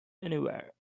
anywhere